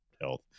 health